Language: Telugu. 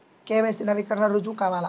కే.వై.సి నవీకరణకి రుజువు కావాలా?